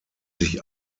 sich